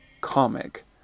comic